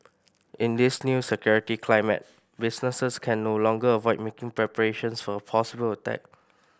in this new security climate businesses can no longer avoid making preparations for a possible attack